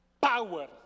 power